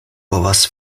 povas